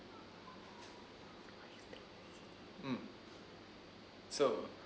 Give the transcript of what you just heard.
mm so